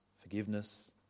forgiveness